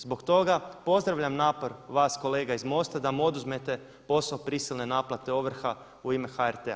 Zbog toga pozdravljam napor vas kolega iz MOST-a da mu oduzmete posao prisilne naplate ovrha u ime HRT-a.